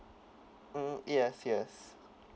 uh yes yes